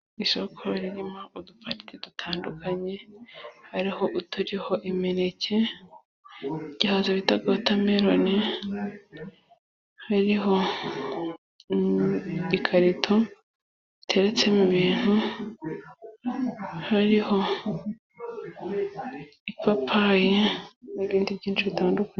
Isoko ririmo udupariti dutandukanye, hariho uturiho imineke, ibihaza byitwa wotameroni, hariho ikarito ziteretsemo ibintu, hariho ipapayi n'ibindi byinshi bitandukanye.